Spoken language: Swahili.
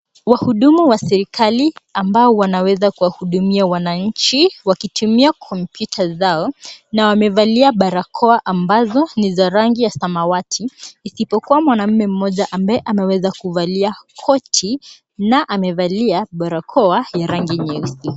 Wahudumu wa serikali ambao wanaweza kuwahudumia wananchi wakitumia kompyuta zao na wamevalia barakoa ambazo ni za rangi ya samawati isipokuwa mwanamme mmoja ambaye ameweza kuvalia koti na amevalia barakoa ya rangi nyeusi.